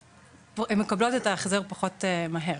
שהן מקבלות את ההחזר פחות מהר,